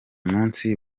munsi